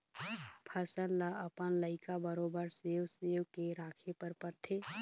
फसल ल अपन लइका बरोबर सेव सेव के राखे बर परथे